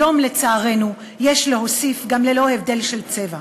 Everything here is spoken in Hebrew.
היום, לצערנו, יש להוסיף גם ללא הבדל של צבע.